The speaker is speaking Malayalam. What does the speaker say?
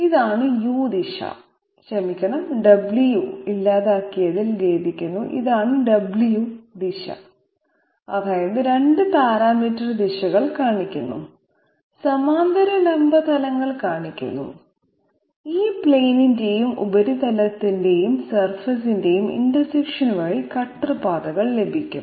ഇതാണ് u ദിശ ക്ഷമിക്കണം w ഇല്ലാതാക്കിയതിൽ ഖേദിക്കുന്നു ഇതാണ് w ദിശ അതായത് 2 പാരാമീറ്റർ ദിശകൾ കാണിക്കുന്നു സമാന്തര ലംബ തലങ്ങൾ കാണിക്കുന്നു ഈ പ്ലെയിനിന്റെയും ഉപരിതലത്തിന്റെയും സർഫസിന്റെയും ഇന്റർസെക്ഷൻ വഴി കട്ടർ പാതകൾ ലഭിക്കും